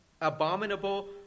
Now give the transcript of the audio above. abominable